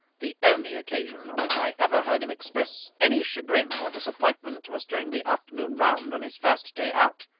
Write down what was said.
the only occasion on which i ever heard him express any chagrin or disappointment was during the afternoon round on his first day out,